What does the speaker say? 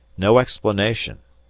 no explanation,